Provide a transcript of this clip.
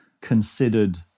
considered